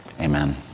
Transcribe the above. Amen